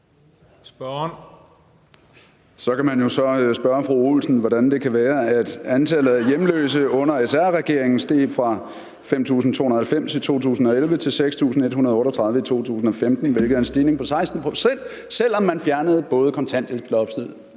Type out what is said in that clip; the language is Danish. fru Olsen om, hvordan det kan være, at antallet af hjemløse under SR-regeringen steg fra 5.290 i 2011 til 6.138 i 2015, hvilket er en stigning på 16 pct., selv om man fjernede både kontanthjælpsloftet